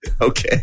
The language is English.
Okay